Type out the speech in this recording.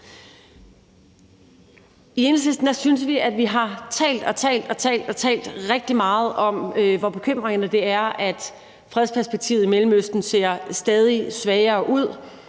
I Enhedslisten synes vi, at vi har talt og talt rigtig meget om, hvor bekymrende det er, at fredsperspektivet i Mellemøsten ser stadig sværere ud,